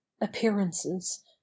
Appearances